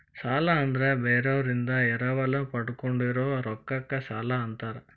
ಸಾಲ ಅಂದ್ರ ಬೇರೋರಿಂದ ಎರವಲ ಪಡ್ಕೊಂಡಿರೋ ರೊಕ್ಕಕ್ಕ ಸಾಲಾ ಅಂತಾರ